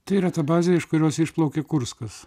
tai yra ta bazė iš kurios išplaukė kurskas